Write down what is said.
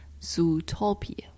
Zootopia